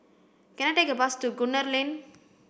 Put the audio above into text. can I take a bus to Gunner Lane